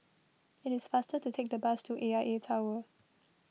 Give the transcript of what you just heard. it is faster to take the bus to A I A Tower